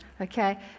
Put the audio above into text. okay